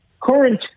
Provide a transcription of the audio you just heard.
current